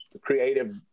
creative